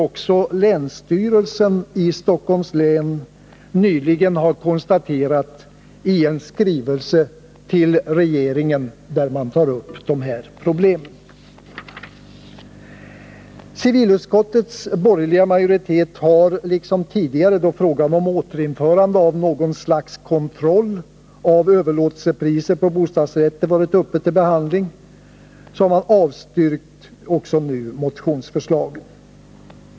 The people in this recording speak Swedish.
också länsstyrelsen i Stockholms län nyligen har konstaterat i en skrivelse till regeringen, där man tar upp dessa problem. Civilutskottets borgerliga majoritet har liksom tidigare då frågan om återinförande av något slags kontroll av överlåtelsepriser på bostadsrätter varit uppe till behandling avstyrkt motionsförslagen.